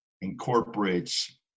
incorporates